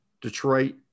detroit